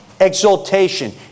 exaltation